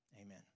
Amen